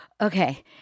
okay